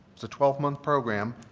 it's a twelve month program,